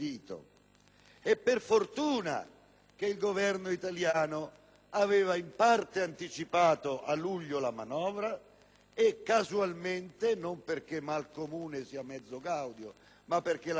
Per fortuna, il Governo italiano aveva in parte anticipato a luglio la manovra, non perché mal comune sia mezzo gaudio, ma perché la verità